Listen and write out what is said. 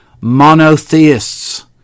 monotheists